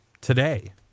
today